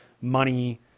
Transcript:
money